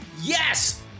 Yes